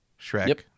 shrek